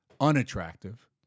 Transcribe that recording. unattractive